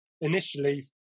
initially